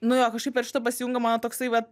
nu jo kažkaip per šitą pasijungia mano toksai vat